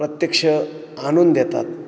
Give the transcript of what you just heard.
प्रत्यक्ष आणून देतात